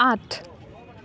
আঠ